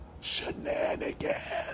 shenanigans